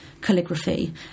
calligraphy